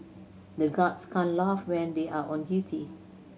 the guards can't laugh when they are on duty